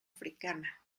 africana